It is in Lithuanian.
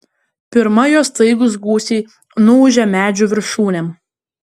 pirma jo staigūs gūsiai nuūžė medžių viršūnėm